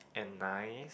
and nice